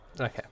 Okay